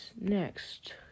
Next